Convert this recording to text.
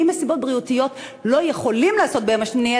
ואם מסיבות בריאותיות לא יכולים לעשות ביום השמיני,